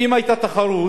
כי אם היתה תחרות